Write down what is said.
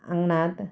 अंगणात